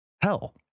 hell